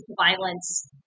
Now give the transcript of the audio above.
violence